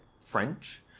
French